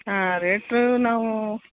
ಹಾಂ ರೇಟ್ ನಾವು